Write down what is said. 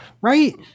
right